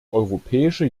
europäische